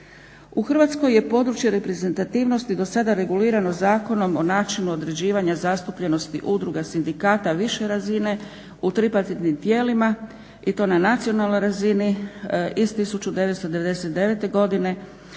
U Hrvatskoj je područje reprezentativnosti do sada regulirano Zakonom o načinu određivanja zastupljenosti udruga, sindikata više razine u tripartitnim tijelima i to na nacionalnoj razini iz 1999. godine,